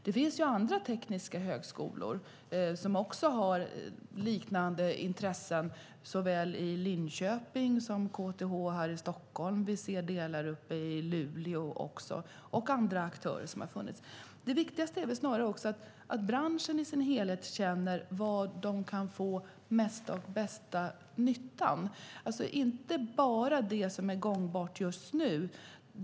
Det finns andra tekniska högskolor som har liknande intressen, såväl i Linköping och i Luleå som KTH i Stockholm och andra aktörer. Det viktigaste är väl snarare att branschen i sin helhet känner var den kan få mesta och bästa nyttan, alltså inte bara det som är gångbart just nu.